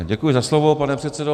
Děkuji za slovo, pane předsedo.